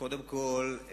קודם כול,